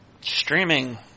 Streaming